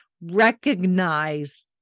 recognize